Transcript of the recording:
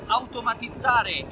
automatizzare